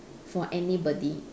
for anybody